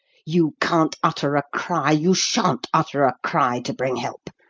you can't utter a cry you shan't utter a cry to bring help.